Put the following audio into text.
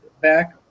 back